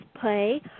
play